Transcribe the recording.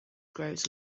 grows